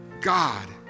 God